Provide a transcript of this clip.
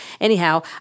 Anyhow